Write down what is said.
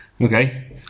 okay